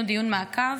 עשינו דיון מעקב,